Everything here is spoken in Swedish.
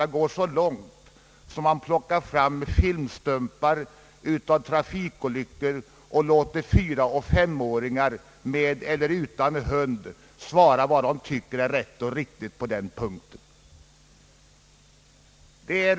Man går så långt i denna sin strävan att man tar in filmstumpar av trafikolyckor och låter fyra-, femåringar med eller utan hund svara på vad de tycker är rätt och riktigt.